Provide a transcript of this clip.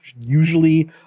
usually